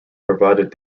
provided